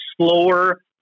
slower